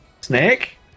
Snake